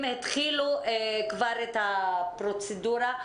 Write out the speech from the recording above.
אם התחילו כבר את הפרוצדורה.